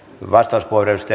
arvoisa puhemies